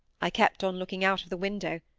i kept on looking out of the window,